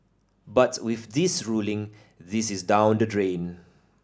but with this ruling this is down the drain